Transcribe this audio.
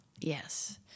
Yes